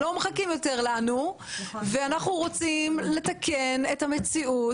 אנחנו לא מחכים יותר ואנחנו רוצים לתקן את המציאות,